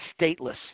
stateless